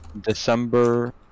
December